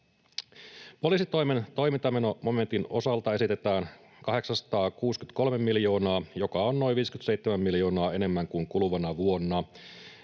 Poliisitoimen toimintamenomomentin osalta esitetään 863 miljoonaa, joka on noin 57 miljoonaa enemmän kuin kuluvana vuonna.